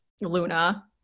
Luna